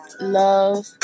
love